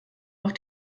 auf